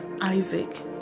Isaac